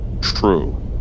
True